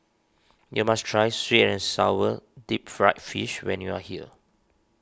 you must try Sweet and Sour Deep Fried Fish when you are here